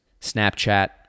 Snapchat